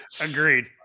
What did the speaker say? Agreed